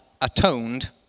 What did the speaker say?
atoned